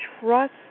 trust